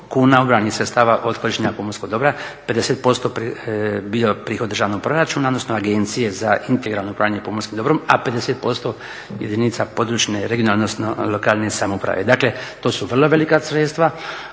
kuna ubranih sredstava od korištenja pomorskog dobra 50% bio prihod državnog proračuna odnosno Agencije za integralno upravljanje pomorskim dobrom, a 50% jedinica područne odnosno regionalne odnosno lokalne samouprave. Dakle to su vrlo velika sredstva